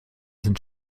sind